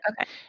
Okay